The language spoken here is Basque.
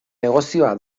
negozioa